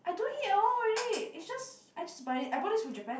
I don't eat at home already it's just I just buy it I bought this from Japan